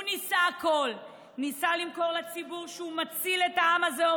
הוא ניסה הכול: ניסה למכור לציבור שהוא מציל את העם הזה,